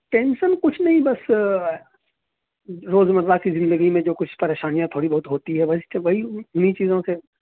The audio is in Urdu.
ٹینشن کچھ نہیں بس روزمرہ کی زندگی میں جو کچھ پریشانیاں تھوڑی بہت ہوتی ہیں بس تو وہی انہیں چیزوں سے